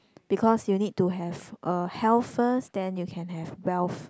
because you need to have uh health first then you can have wealth